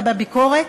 הביקורת,